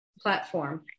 platform